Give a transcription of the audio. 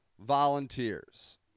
volunteers